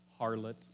harlot